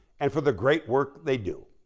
and for the great work they do.